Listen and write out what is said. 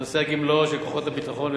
נושא הגמלאות של כוחות הביטחון,